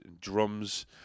drums